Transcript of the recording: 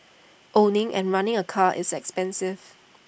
owning and running A car is expensive